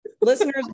listeners